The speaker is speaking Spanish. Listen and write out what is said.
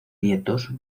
nietos